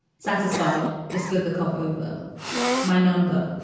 satisfied? he slid the cup over my number,